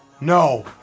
No